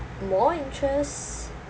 more interest